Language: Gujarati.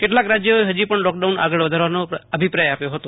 કેટલાંક રાજ્યોએ હજીપણ લોકડાઉન આગળ વધારવાનો અભિપ્રાય આપ્યો હતો